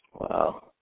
Wow